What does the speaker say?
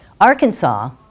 Arkansas